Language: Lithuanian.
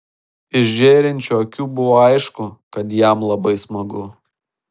iš žėrinčių akių buvo aišku kad jam labai smagu